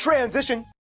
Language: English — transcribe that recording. transition!